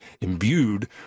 imbued